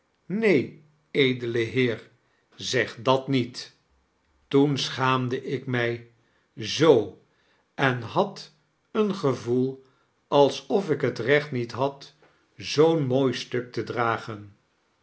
neen edele heer zeg dat niet toen schaamde ik mij zoo en had een gevoel alsof ik het recht niet had zoo'n mooi stuk te dragen